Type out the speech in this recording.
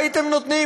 הייתם נותנים,